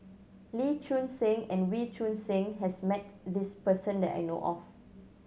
Lee Choon Seng and Wee Choon Seng has met this person that I know of